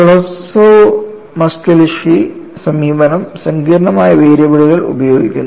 Kolosov Muskhelishvili സമീപനം സങ്കീർണ്ണമായ വേരിയബിളുകൾ ഉപയോഗിക്കുന്നു